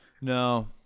No